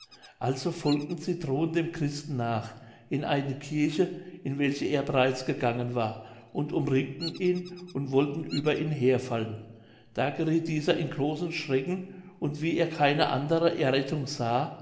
also folgten sie drohend dem christen nach in eine kirche in welche er bereits gegangen war und umringten ihn und wollten über ihn herfallen da gerieth dieser in großen schrecken und wie er keine andere errettung sah